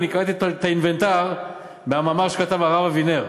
אני קראתי את האינוונטר במאמר שכתב הרב אבינר.